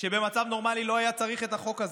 שבמצב נורמלי לא היה צריך את החוק הזה,